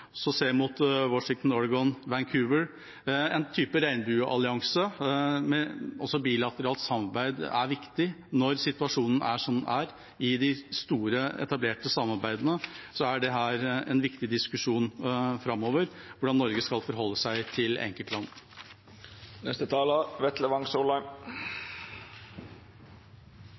så ser vi mot Washington, Oregon og Vancouver – en type regnbueallianse med bilateralt samarbeid er viktig når situasjonen er som den er. I de store, etablerte samarbeidene er en viktig diskusjon framover hvordan Norge skal forholde seg til